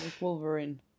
Wolverine